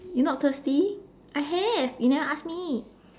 you not thirsty I have you never ask me